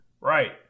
Right